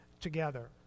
together